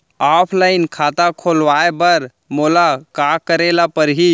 Offline खाता खोलवाय बर मोला का करे ल परही?